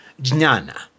jnana